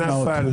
נפל.